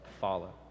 follow